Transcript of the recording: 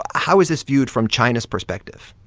how is this viewed from china's perspective?